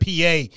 PA